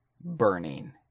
burning